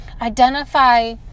identify